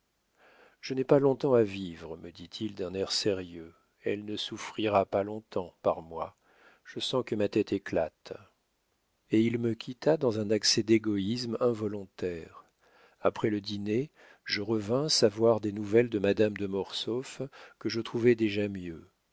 je n'ai pas long-temps à vivre me dit-il d'un air sérieux elle ne souffrira pas long-temps par moi je sens que ma tête éclate et il me quitta dans un accès d'égoïsme involontaire après le dîner je revins savoir des nouvelles de madame de mortsauf que je trouvai déjà mieux